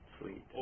Sweet